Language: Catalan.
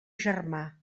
germà